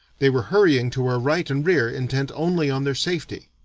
they were hurrying to our right and rear intent only on their safety.